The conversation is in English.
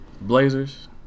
Blazers